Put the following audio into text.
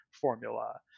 formula